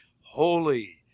holy